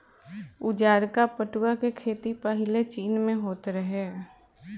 उजारका पटुआ के खेती पाहिले चीन में होत रहे